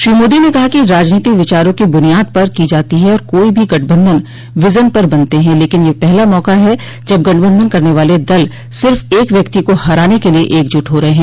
श्री मोदी ने कहा कि राजनीति विचारों की ब्रनियाद पर की जाती है और कोई भी गठबंधन विजन पर बनते हैं लेकिन यह पहला मौका है जब गठबंधन करने वाले दल सिर्फ़ एक व्यक्ति को हराने के लिये एकजुट हो रहे हैं